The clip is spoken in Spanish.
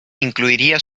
incluiría